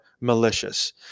malicious